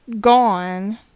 gone